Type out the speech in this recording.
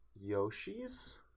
Yoshi's